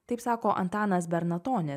taip sako antanas bernatonis